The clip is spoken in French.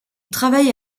travaille